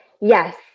Yes